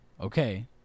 okay